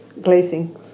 glazing